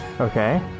Okay